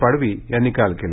पाडवी यांनी काल केलं